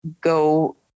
go